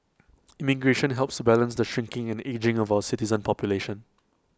immigration helps to balance the shrinking and ageing of our citizen population